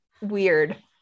weird